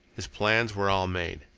his plans were all made.